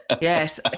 yes